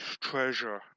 treasure